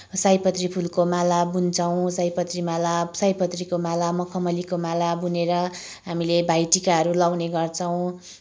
सयपत्री फुलको माला बुन्छौँ सयपत्री माला सयपत्रीको माला मखमलीको माला बुनेर हामीले भाइटिकाहरू लाउने गर्छौँ